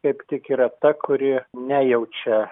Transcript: kaip tik yra ta kuri nejaučia